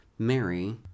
Mary